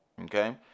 Okay